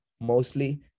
mostly